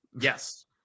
Yes